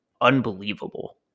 unbelievable